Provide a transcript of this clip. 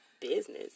business